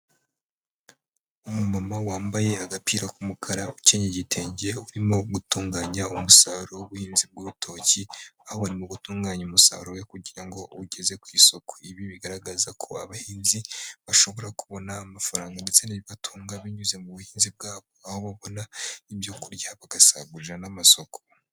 Umumama wambaye agapira k'umukara ukenyeye igitenge urimo gutunganya umusaruro w'ubuhinzi bw'urutoki abonye mugutunganya umusaruro we kugira ngo ugeze ku isoko, ibi bigaragaza ko abahinzi bashobora kubona amafaranga ndetse n'ibibatunga binyuze mubuhinzi bwabo aho babona ibyo kurya bagasagurira n'amasoko.